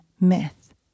myth